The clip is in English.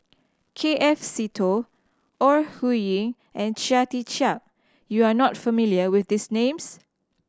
K F Seetoh Ore Huiying and Chia Tee Chiak You are not familiar with these names